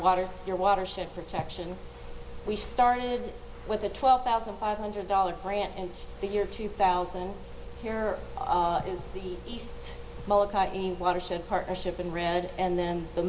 water your watershed protection we started with a twelve thousand five hundred dollars grant and the year two thousand here in the east watershed partnership in red and then the